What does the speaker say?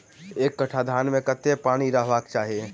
एक कट्ठा धान मे कत्ते पानि रहबाक चाहि?